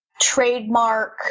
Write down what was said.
trademark